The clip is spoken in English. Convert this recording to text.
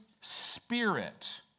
spirit